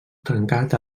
tancat